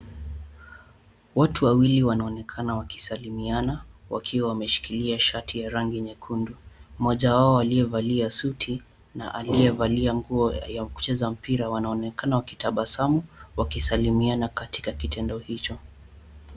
Watu wawili wanaonekana wakisalimiana wakiwa wameshikilia shati ya rangi nyekundu mmoja wao aliyevalia suti na aliyevalia nguo ya kucheza mpira wanaonekana wakitabasamu wakisalimiana katika kitendo hicho.